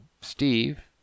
Steve